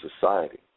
society